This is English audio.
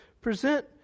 present